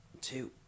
Two